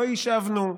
לא יישבנו,